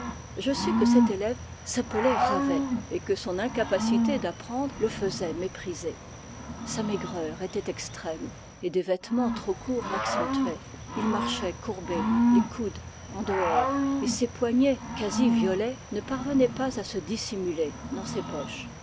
je sus que cet élève s'appelait ravet et que son incapacité d'apprendre le faisait mépriser sa maigreur était extrême et des vêtements trop courts l'accentuaient il marchait courbé les coudes en dehors et ses poignets quasi violets ne parvenaient pas à se dissimuler dans ses poches